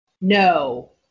No